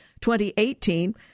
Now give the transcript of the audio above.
2018